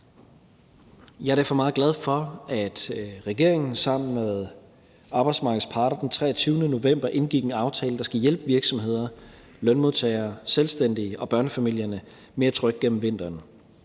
Jeg er derfor meget glad for, at regeringen sammen med arbejdsmarkedets parter den 23. november indgik en aftale, der skal hjælpe virksomheder, lønmodtagere, selvstændige og børnefamilierne mere trygt gennem vinteren.